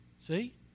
See